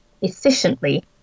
efficiently